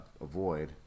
avoid